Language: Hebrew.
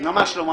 ממש לא.